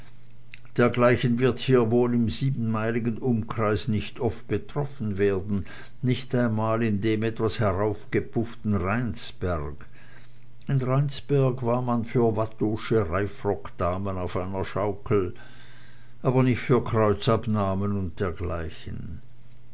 dergleichen wird hier wohl im siebenmeiligen umkreis nicht oft betroffen werden nicht einmal in dem etwas heraufgepufften rheinsberg in rheinsberg war man für watteausche reifrockdamen auf einer schaukel aber nicht für kreuzabnahmen und dergleichen